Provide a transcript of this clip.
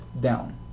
down